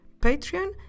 Patreon